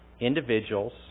individuals